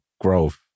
growth